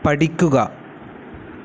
പഠിക്കുക